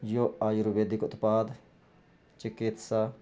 ਜੋ ਆਯੁਰਵੇਦਿਕ ਉਤਪਾਦ ਚਕਿਤਸਾ